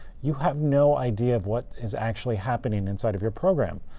you have no idea of what is actually happening inside of your program.